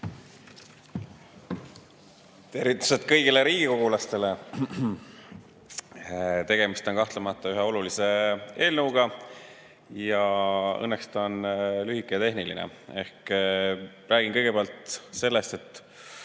Tervitused kõigile riigikogulastele! Tegemist on kahtlemata ühe olulise eelnõuga ja õnneks on see lühike ja tehniline. Räägin kõigepealt sellest,